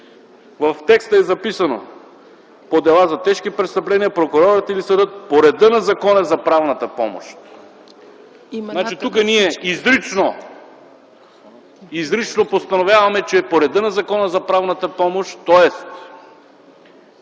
В текста е записано: по дела за тежки престъпления - прокурорът или съдът по реда на Закона за правната помощ. Тук ние изрично постановяваме, че е по реда на Закона за правната помощ, тоест